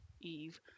Eve